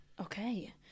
Okay